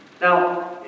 Now